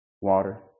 water